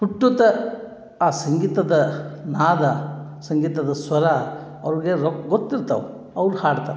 ಹುಟ್ಟುತಾ ಆ ಸಂಗೀತದ ನಾದ ಸಂಗೀತದ ಸ್ವರ ಅವ್ರ್ಗೆ ರೊಕ್ಕ ಗೊತ್ತಿರ್ತಾವ ಅವ್ರು ಹಾಡ್ತಾರೆ